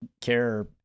care